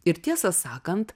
ir tiesą sakant